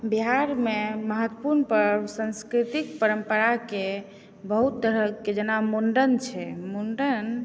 बिहारमे महत्वपुर्ण पर्व संस्कृतिक परम्पराके बहुत तरहके जेना मुण्डन छै मुण्डन